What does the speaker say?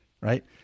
right